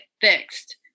fixed